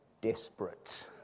desperate